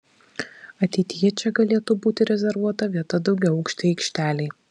ateityje čia galėtų būti rezervuota vieta daugiaaukštei aikštelei